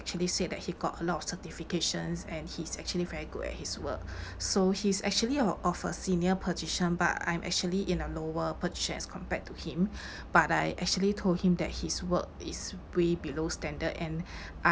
actually said that he got a lot of certifications and he is actually very good at his work so he is actually o~ of a senior position but I'm actually in a lower position as compared to him but I actually told him that his work is way below standard and I